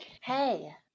Hey